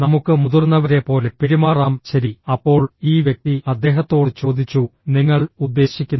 നമുക്ക് മുതിർന്നവരെപ്പോലെ പെരുമാറാം ശരി അപ്പോൾ ഈ വ്യക്തി അദ്ദേഹത്തോട് ചോദിച്ചു നിങ്ങൾ ഉദ്ദേശിക്കുന്നത്